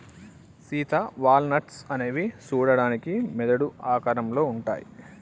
Sita walnuts అనేవి సూడడానికి మెదడు ఆకారంలో ఉంటాయి